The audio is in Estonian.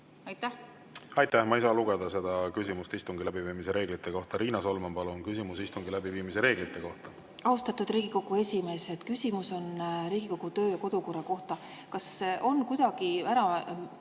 kohta! Aitäh! Ma ei saa lugeda seda küsimuseks istungi läbiviimise reeglite kohta. Riina Solman, palun, küsimus istungi läbiviimise reeglite kohta! Austatud Riigikogu esimees! Küsimus on Riigikogu kodu‑ ja töökorra kohta. Kas on kuidagi ära